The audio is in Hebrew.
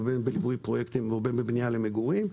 בין אם בליווי פרויקטים ובין אם בבנייה למגורים,